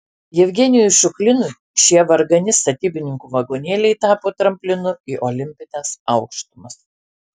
jevgenijui šuklinui šie vargani statybininkų vagonėliai tapo tramplinu į olimpines aukštumas